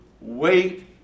wait